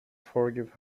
forgive